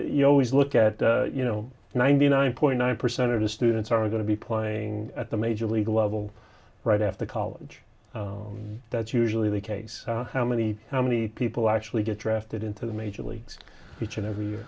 you always look at you know ninety nine point nine percent of the students are going to be playing at the major league level right after college that's usually the case how many how many people actually get drafted into the major leagues each and every year